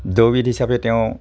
দৌৰবিদ হিচাপে তেওঁ